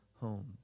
home